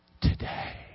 Today